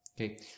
Okay